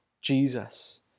Jesus